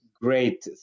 great